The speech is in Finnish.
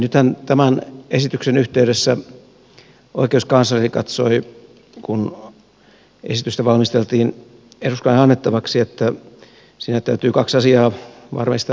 nythän tämän esityksen yhteydessä oikeuskansleri katsoi kun esitystä valmisteltiin eduskunnalle annettavaksi että siinä täytyy kaksi asiaa varmistaa